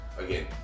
again